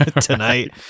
tonight